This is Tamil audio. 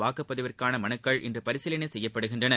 வாக்குபதிவிற்கான மனுக்கள் இன்று பரிசீலனை செய்யப்படுகின்றன